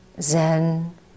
Zen